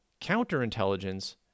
Counterintelligence